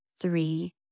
three